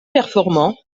performant